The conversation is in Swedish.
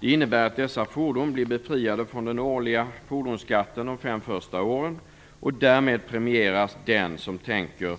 Det innebär att dessa fordon blir befriade från den årliga fordonsskatten de fem första åren, och därmed premieras den som tänker